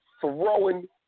throwing